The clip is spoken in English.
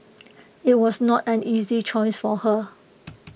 IT was not an easy choice for her